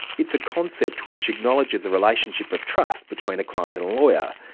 it's a concept which acknowledges a relationship of trust between a client and lawyer,